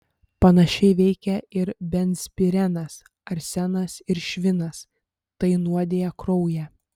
panašiai veikia ir benzpirenas arsenas ir švinas tai nuodija kraują